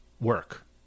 work